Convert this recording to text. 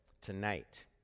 tonight